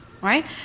right